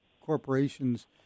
corporations